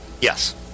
Yes